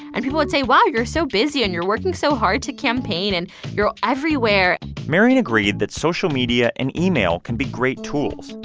and people would say, wow, you're so busy, and you're working so hard to campaign, and you're everywhere marian agreed that social media and email can be great tools,